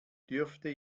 dürfte